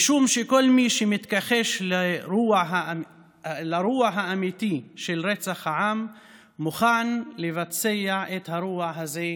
משום שכל מי שמתכחש לאירוע האמיתי של רצח עם מוכן לבצע את הרוע הזה שוב.